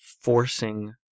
forcing